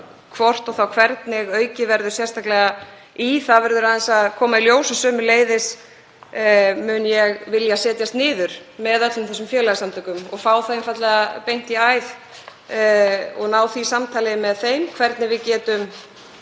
hvort og þá hvernig aukið verður sérstaklega í það verður aðeins að koma í ljós. Sömuleiðis mun ég vilja setjast niður með öllum þessum félagasamtökum og fá það einfaldlega beint í æð og ná samtali við þau um hvernig við getum